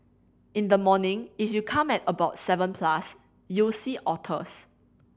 in the morning if you come at about seven plus you'll see otters